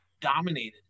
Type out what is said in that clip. dominated